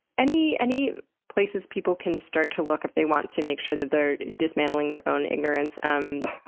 any any places people can start to look if they want to make sure that they're dismantling their own ignorance? um